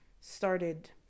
Started